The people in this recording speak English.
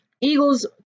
Eagles